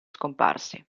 scomparsi